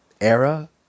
era